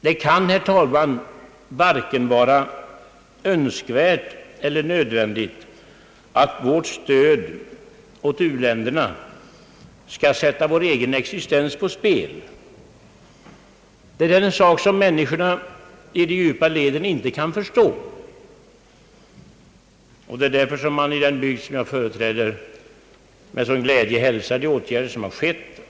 Det kan, herr talman, inte vara vare sig önskvärt eller nödvändigt att Sveriges stöd åt u länderna skall sätta vår egen existens på spel. Det är något som människorna i de djupa leden inte kan förstå, och det är därför som man i den bygd som jag företräder med sådan glädje hälsar de åtgärder som vidtagits.